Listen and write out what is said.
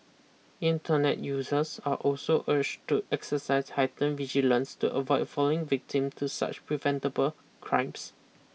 internet users are also urged to exercise heightened vigilance to avoid falling victim to such preventable crimes